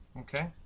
Okay